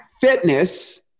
Fitness